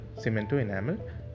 cementoenamel